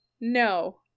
No